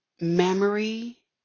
memory